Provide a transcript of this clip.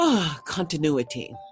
continuity